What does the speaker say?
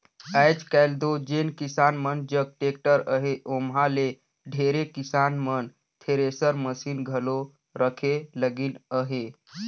आएज काएल दो जेन किसान मन जग टेक्टर अहे ओमहा ले ढेरे किसान मन थेरेसर मसीन घलो रखे लगिन अहे